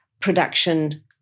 production